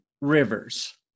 Rivers